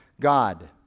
God